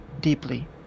deeply